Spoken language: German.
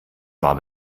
war